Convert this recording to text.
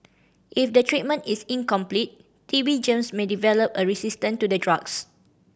if the treatment is incomplete T B germs may develop a resistance to the drugs